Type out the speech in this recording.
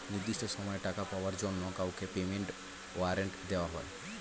নির্দিষ্ট সময়ে টাকা পাওয়ার জন্য কাউকে পেমেন্ট ওয়ারেন্ট দেওয়া হয়